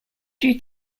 due